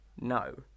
No